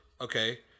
okay